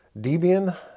Debian